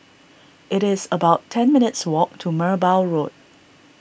it is about ten minutes' walk to Merbau Road